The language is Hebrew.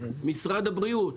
משרד הבריאות,